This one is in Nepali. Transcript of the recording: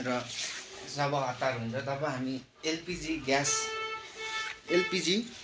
र जब हतार हुन्छ तब हामी एलपिजी ग्यास एलपिजी